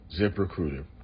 ZipRecruiter